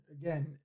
Again